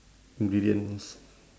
ingredients